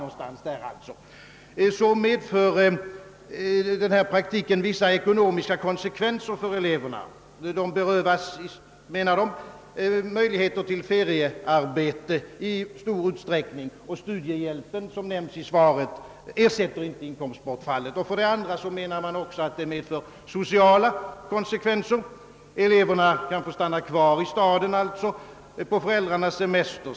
Bortser man från detta medför dock denna praktik vissa ekonomiska konsekvenser för eleverna. De berövas, menar de, i stor utsträckning möjligheten till feriearbete, och studiehjälpen, som nämnts i svaret, ersätter inte inkomstbortfallet. Vidare anser man att praktiken har sociala konsekvenser. Eleverna kan få stanna kvar i staden på föräldrarnas semester.